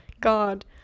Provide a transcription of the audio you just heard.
god